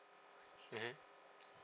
mmhmm